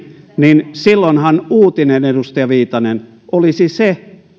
niin silloinhan uutinen edustaja viitanen olisi se